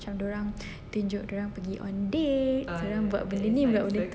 tunjuk dia orang pergi on dates tunjuk orang buat begini begitu cute cute